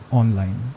online